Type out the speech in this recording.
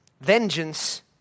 vengeance